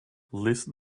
listen